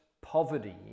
poverty